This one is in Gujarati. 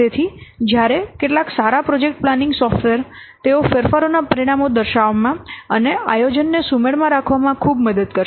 તેથી જ્યારે કેટલાક સારા પ્રોજેક્ટ પ્લાનિંગ સોફ્ટવેર તેઓ ફેરફારોનાં પરિણામો દર્શાવવામાં અને આયોજનને સુમેળમાં રાખવામાં ખૂબ મદદ કરશે